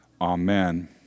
Amen